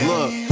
Look